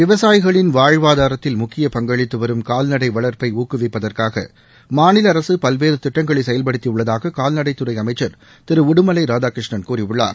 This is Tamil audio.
விவசாயிகளின் வாழ்வாதாரத்தில் முக்கிய பங்களித்துவரும் கால்நடைவளர்ப்பைஊக்குவிப்பதற்காகமாநிலஅரசுபல்வேறுதிட்டங்களைசெயல்படுத்திஉள்ளதாககால்நடைத்துறை அமைச்சர் திருஉடுமலைராதாகிருஷ்ணன் கூறியுள்ளார்